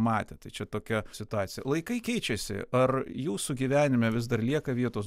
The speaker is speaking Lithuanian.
matę tai čia tokia situacija laikai keičiasi ar jūsų gyvenime vis dar lieka vietos